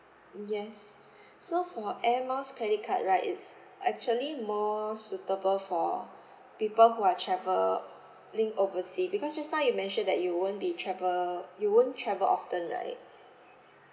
yes so for air miles credit card right it's actually more suitable for people who are travelling oversea because just now you mentioned that you won't be travel you won't travel often right